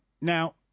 Now